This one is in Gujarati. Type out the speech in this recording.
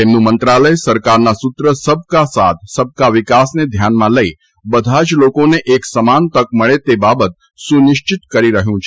તેમનું મંત્રાલય સરકારના સૂત્ર સબકા સાથ સબકા વિકાસને ધ્યાનમાં લઇને બધા જ લોકોને એક સમાન તક મળે તે બાબત સુનિશ્ચિત કરી રહ્યું છે